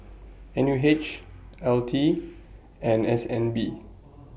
N U H L T and S N B